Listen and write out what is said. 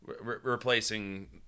replacing